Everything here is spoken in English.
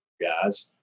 guys